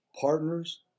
partners